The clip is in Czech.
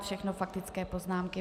Všechno faktické poznámky.